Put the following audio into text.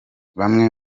bamwe